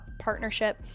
partnership